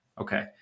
Okay